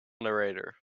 narrator